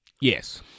Yes